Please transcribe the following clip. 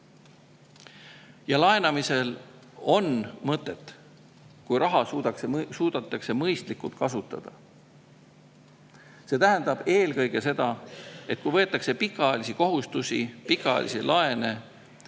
Laenamisel on mõtet, kui raha suudetakse mõistlikult kasutada. See tähendab eelkõige seda, et kui võetakse pikaajalisi kohustusi, pikaajalisi laene,